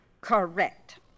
Correct